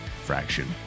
fraction